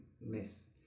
miss